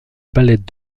palette